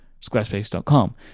squarespace.com